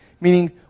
meaning